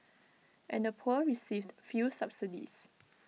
and the poor received few subsidies